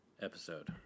episode